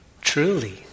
Truly